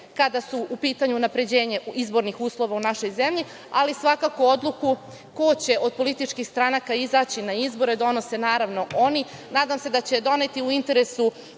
kada su u pitanju unapređenje izbornih uslova u našoj zemlji, ali svakako odluku, ko će od političkih stranaka izaći na izbore, donose, naravno, oni, nadam se da će doneti u interesu